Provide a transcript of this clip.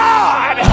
God